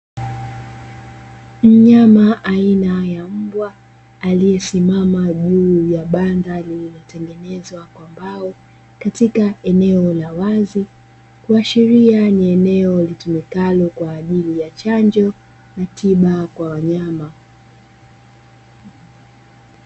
Mnyama aina ya mbwa, aliyesimama juu ya banda lililotengenezwa kwa mbao katika eneo la wazi, kuashiria ni eneo litumikalo kwa ajili ya chanjo na tiba kwa wanyama.